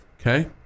okay